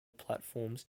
platforms